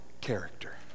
character